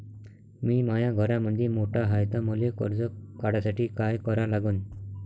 मी माया घरामंदी मोठा हाय त मले कर्ज काढासाठी काय करा लागन?